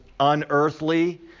unearthly